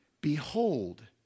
behold